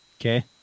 Okay